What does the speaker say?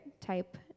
type